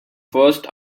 first